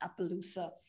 Appaloosa